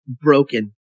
broken